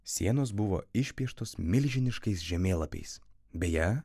sienos buvo išpieštos milžiniškais žemėlapiais beje